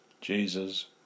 Jesus